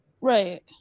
right